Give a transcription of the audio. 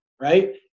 Right